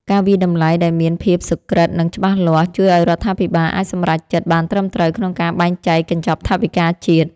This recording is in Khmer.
ការវាយតម្លៃដែលមានភាពសុក្រឹត និងច្បាស់លាស់ ជួយឱ្យរដ្ឋាភិបាលអាចសម្រេចចិត្តបានត្រឹមត្រូវក្នុងការបែងចែកកញ្ចប់ថវិកាជាតិ។